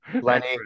Lenny